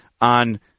on